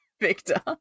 Victor